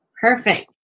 Perfect